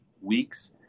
weeks